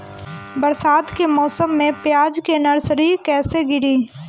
बरसात के मौसम में प्याज के नर्सरी कैसे गिरी?